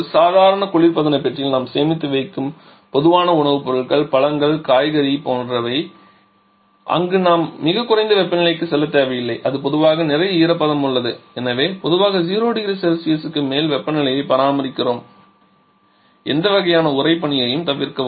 ஒரு சாதாரண குளிர்பதன பெட்டியில் நாம் சேமித்து வைக்கும் பொதுவான உணவுப் பொருட்கள் பழங்கள் காய்கறிகளைப் போலவே அங்கு நாம் மிகக் குறைந்த வெப்பநிலைக்குச் செல்லத் தேவையில்லை அங்கு பொதுவாக நிறைய ஈரப்பதம் உள்ளது எனவே பொதுவாக 0 0C க்கு மேல் வெப்பநிலையை பராமரிக்கிறோம் எந்த வகையான உறைபனியையும் தவிர்க்கவும்